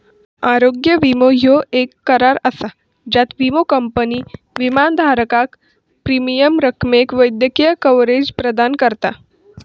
आरोग्य विमो ह्यो येक करार असा ज्यात विमो कंपनी विमाधारकाक प्रीमियम रकमेक वैद्यकीय कव्हरेज प्रदान करता